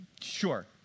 Sure